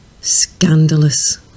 Scandalous